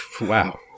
Wow